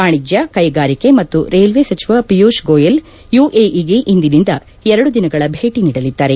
ವಾಣಿಜ್ಞ ಕ್ಷೆಗಾರಿಕೆ ಮತ್ತು ರೈಲ್ಲೆ ಸಚಿವ ಪಿಯೂಷ್ ಗೋಯಲ್ ಯುಎಇಗೆ ಇಂದಿನಿಂದ ಎರಡು ದಿನಗಳ ಭೇಟಿ ನೀಡಲಿದ್ದಾರೆ